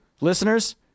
listeners